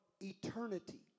eternity